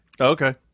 okay